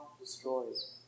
destroys